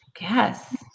Yes